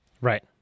Right